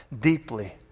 deeply